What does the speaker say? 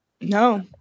No